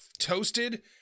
toasted